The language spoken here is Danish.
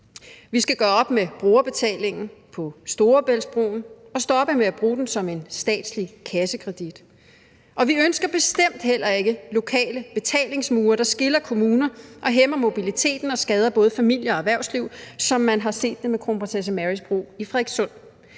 Vi skal gøre op med brugerbetalingen på Storebæltsbroen og stoppe med at bruge den som en statslig kassekredit. Vi ønsker bestemt heller ikke lokale betalingsmure, der skiller kommuner og hæmmer mobiliteten og skader både familier og erhvervsliv, som man har set det med Kronprinsesse Marys Bro i Frederikssund.